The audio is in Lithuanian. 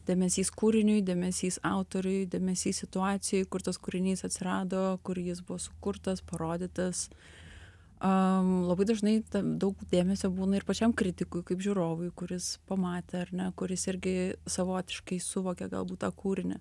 dėmesys kūriniui dėmesys autoriui dėmesys situacijai kur tas kūrinys atsirado kur jis buvo sukurtas parodytas a labai dažnai tam daug dėmesio būna ir pačiam kritikui kaip žiūrovui kuris pamatė ar ne kuris irgi savotiškai suvokė galbūt tą kūrinį